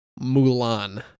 Mulan